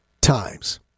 times